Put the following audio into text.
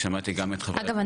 אגב,